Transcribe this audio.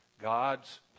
God's